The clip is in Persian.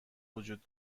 وجود